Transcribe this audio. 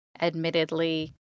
admittedly